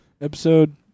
Episode